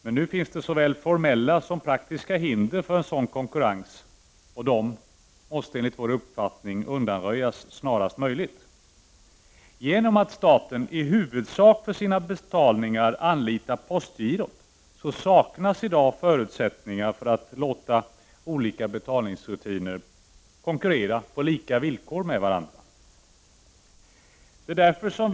Det finns såväl formella som praktiska hinder för en sådan konkurrens, och de måste enligt vår uppfattning undanröjas snarast möjligt. Genom att staten för sina betalningar i huvudsak anlitar postgirot, saknas i dag förutsättningar att låta olika betalningsrutiner konkurrera med varandra på lika villkor.